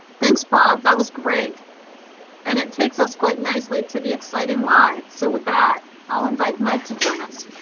thanks bob that was great and it takes us quite nicely to the exciting lie so with that i'll invite mike to join us.